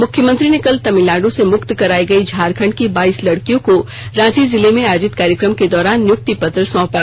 मुख्यमंत्री ने कल तमिलनाड से मुक्त करायी गयी झारखंड की बाईस लड़कियों को रांची जिले में आयोजित कार्यक्रम के दौरान नियुक्ति पत्र सौंपा